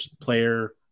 player